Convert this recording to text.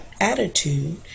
attitude